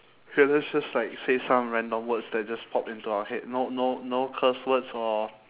okay let's just like say some random words that just pop into our head no no no curse words or